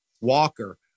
walker